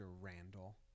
Randall